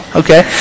okay